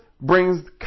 brings